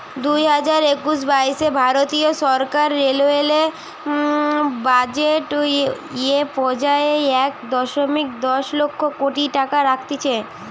দুইহাজার একুশ বাইশে ভারতীয় সরকার রেলওয়ে বাজেট এ পর্যায়ে এক দশমিক দশ লক্ষ কোটি টাকা রাখতিছে